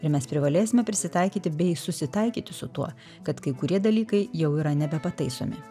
ir mes privalėsime prisitaikyti bei susitaikyti su tuo kad kai kurie dalykai jau yra nebepataisomi